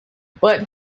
but